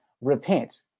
repent